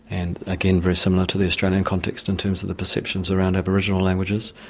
and again very similar to the australian context in terms of the perceptions around aboriginal languages.